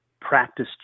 practice